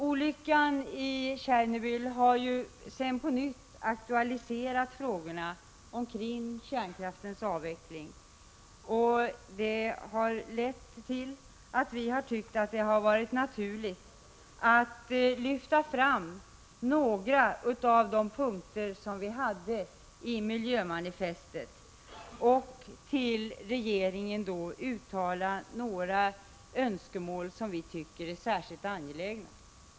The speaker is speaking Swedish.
Olyckan i Tjernobyl har på nytt aktualiserat frågorna kring kärnkraftsavveckling. Vi tyckte därför det var naturligt att lyfta fram några av de punkter som manifestet tog upp och att till regeringen framföra några önskemål som vi tyckte var särskilt angelägna.